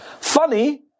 Funny